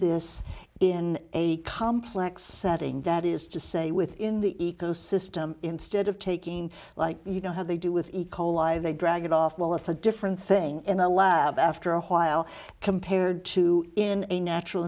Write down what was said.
this in a complex setting that is to say within the eco system instead of taking like you know how they do with eco lie they drag it off well it's a different thing in a lab after a while compared to in a natural